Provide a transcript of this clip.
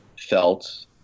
felt